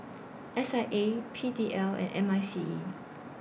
S I A P D L and M I C E